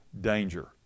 danger